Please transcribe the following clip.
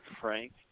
Frank